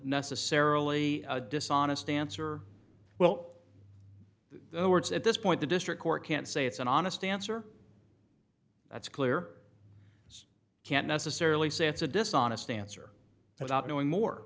necessarily dishonest answer well the words at this point the district court can't say it's an honest answer that's clear can't necessarily say it's a dishonest answer without knowing more